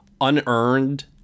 unearned